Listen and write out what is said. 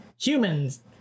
humans